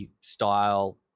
style